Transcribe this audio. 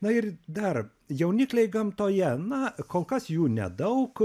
na ir dar jaunikliai gamtoje na kol kas jų nedaug